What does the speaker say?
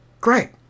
great